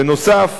בנוסף,